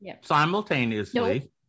simultaneously